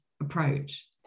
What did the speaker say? approach